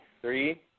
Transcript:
three